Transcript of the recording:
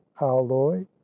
alloy